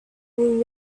would